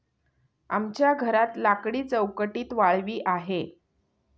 आमच्या घरात लाकडी चौकटीत वाळवी आहे